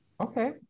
Okay